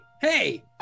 Hey